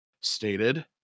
stated